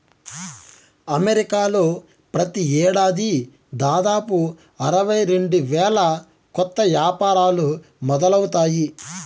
అమెరికాలో ప్రతి ఏడాది దాదాపు అరవై రెండు వేల కొత్త యాపారాలు మొదలవుతాయి